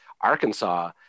Arkansas